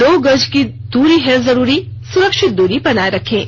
दो गज की दूरी है जरूरी सुरक्षित दूरी बनाए रखें